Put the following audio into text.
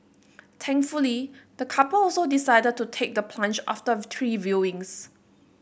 thankfully the couple also decided to take the plunge after three viewings